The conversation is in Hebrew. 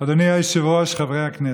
יש סדר.